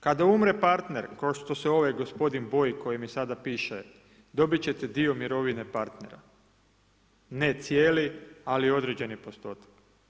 Kada umre partner, kao što se ovaj gospodin boji koji mi sada piše, dobiti ćete dio mirovine partnera, ne cijeli ali određeni postotak.